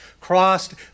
crossed